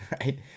right